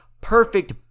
perfect